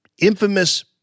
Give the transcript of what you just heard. infamous